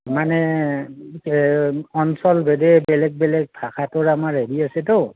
মানে অঞ্চলভেদে বেলেগ বেলেগ ভাষাটোৰ আমাৰ হেৰি আছেতো